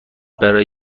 برای